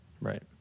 right